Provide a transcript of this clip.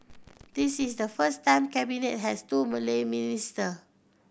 this is the first time Cabinet has two Malay minister